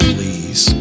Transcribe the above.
Please